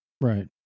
Right